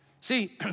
see